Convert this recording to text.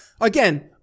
again